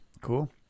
cool